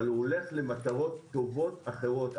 אבל הוא הולך למטרות טובות אחרות.